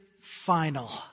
final